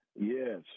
Yes